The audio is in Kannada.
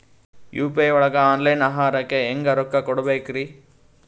ಯು.ಪಿ.ಐ ಒಳಗ ಆನ್ಲೈನ್ ಆಹಾರಕ್ಕೆ ಹೆಂಗ್ ರೊಕ್ಕ ಕೊಡಬೇಕ್ರಿ?